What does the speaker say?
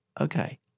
Okay